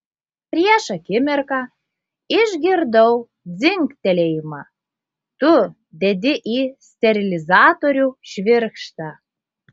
prieš akimirką išgirdau dzingtelėjimą tu dedi į sterilizatorių švirkštą